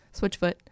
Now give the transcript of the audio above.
Switchfoot